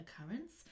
occurrence